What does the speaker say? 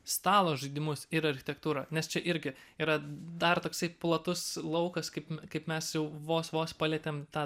stalo žaidimus ir architektūrą nes čia irgi yra dar toksai platus laukas kaip kaip mes jau vos vos palietėm tą